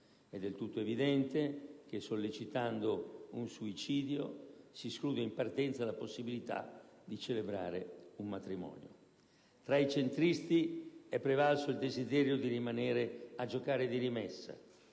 È del tutto evidente che, sollecitando un suicidio, si esclude in partenza la possibilità di celebrare un matrimonio. Tra i centristi, è prevalso il desiderio di rimanere a giocare di rimessa.